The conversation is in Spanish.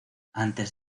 antes